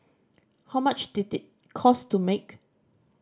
how much did it cost to make